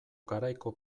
garaiko